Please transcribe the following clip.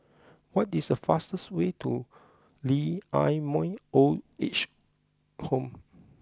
what is the fastest way to Lee Ah Mooi Old Age Home